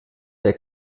der